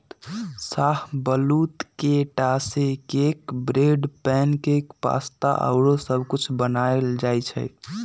शाहबलूत के टा से cake, bread, pancake, pasta आउरो सब कुछ बनायल जाइ छइ